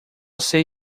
sei